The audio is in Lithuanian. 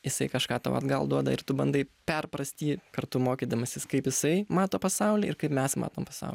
jisai kažką tau atgal duoda ir tu bandai perprast jį kartu mokydamasis kaip jisai mato pasaulį ir kaip mes matom pasaulį